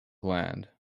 gland